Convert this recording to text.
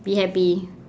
be happy